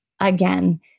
again